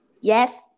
Yes